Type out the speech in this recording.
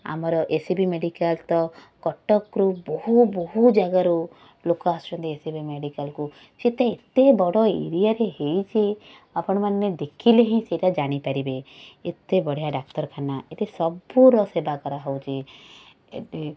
ଆମର A C B medical ତ କଟକରୁ ବହୁ ବହୁ ଜାଗାରୁ ଲୋକ ଆସୁଛନ୍ତି ଏ ସି ବି ମେଡ଼ିକାଲକୁ ସେଇଟା ଏତେ ବଡ଼ ଏରିଆରେ ହେଇଛି ଆପଣମାନେ ଦେଖିଲେ ହିଁ ସେଇଟା ଜାଣିପାରିବେ ଏତେ ବଢ଼ିଆ ଡାକ୍ତରଖାନା ଏତେ ସବୁର ସେବା କରାହେଉଛି ଏବେ